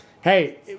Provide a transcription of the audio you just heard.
hey